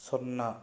సున్నా